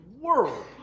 world